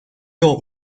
朋友